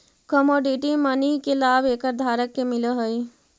commodity money के लाभ एकर धारक के मिलऽ हई